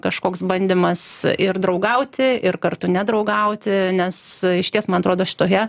kažkoks bandymas ir draugauti ir kartu nedraugauti nes išties man atrodo šitoje